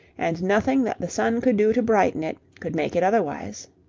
and nothing that the sun could do to brighten it could make it otherwise.